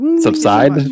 Subside